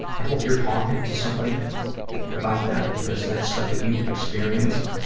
i hope you're talking to somebody about that, because that stuff that you experienced,